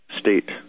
state